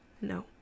No